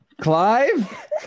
Clive